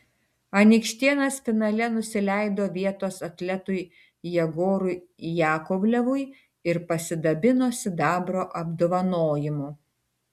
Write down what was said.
anykštėnas finale nusileido vietos atletui jegorui jakovlevui ir pasidabino sidabro apdovanojimu